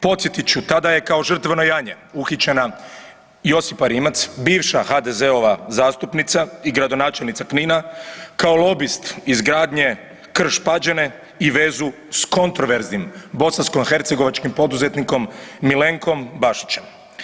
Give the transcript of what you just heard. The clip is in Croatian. Podsjetit ću, tada je kao žrtveno janje uhićena Josipa Rimac, bivša HDZ-ova zastupnica i gradonačelnica Knina kao lobist izgradnje Krš-Pađene i vezu s kontroverznim bosanskohercegovačkim poduzetnikom Milenkom Bašićem.